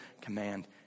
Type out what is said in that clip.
command